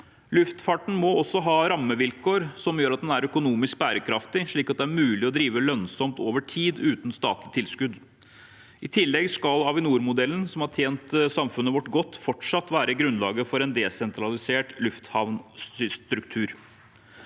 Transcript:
Luftfarten må også ha rammevilkår som gjør at den er økonomisk bærekraftig, slik at det er mulig å drive lønnsomt over tid uten statlige tilskudd. I tillegg skal Avinor-modellen, som har tjent samfunnet vårt godt, fortsatt være grunnlaget for en desentralisert lufthavnstruktur.